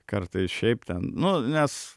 kartais šiaip ten nu nes